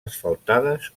asfaltades